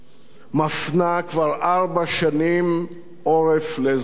מפנה כבר ארבע שנים עורף לאזרחיה.